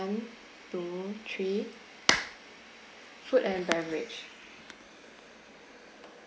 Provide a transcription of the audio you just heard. one two three food and beverage